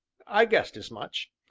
i guessed as much,